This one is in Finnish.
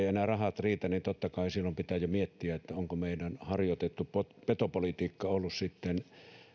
enää rahat riitä niin totta kai silloin pitää jo miettiä onko meillä harjoitettu petopolitiikka ollut sitten